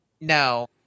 no